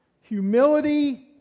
Humility